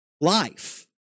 life